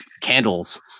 candles